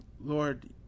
Lord